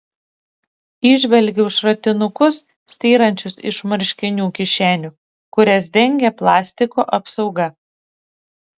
įžvelgiau šratinukus styrančius iš marškinių kišenių kurias dengė plastiko apsauga